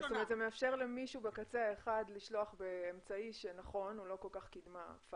זה מאפשר למישהו בקצה האחד לשלוח באמצעי שהוא לא כל כך קידמה,